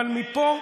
אבל מפה,